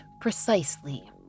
precisely